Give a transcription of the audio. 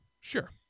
Sure